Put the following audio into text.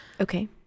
Okay